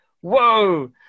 Whoa